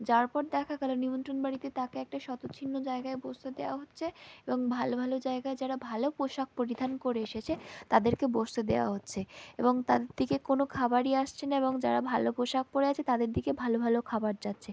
যাওয়ার পর দেখা গেলো নিমন্ত্রণ বাড়িতে তাঁকে একটা শতচ্ছিন্ন জায়গায় বসতে দেওয়া হচ্ছে এবং ভালো ভালো জায়গায় যারা ভালো পোশাক পরিধান করে এসেছে তাদেরকে বসতে দেওয়া হচ্ছে এবং তার দিকে কোনো খাবারই আসছে না এবং যারা ভালো পোশাক পরে আছে তাদের দিকে ভালো ভালো খাবার যাচ্ছে